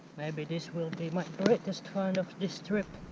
maybe this will be my greatest find of this trip.